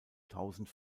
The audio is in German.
tausend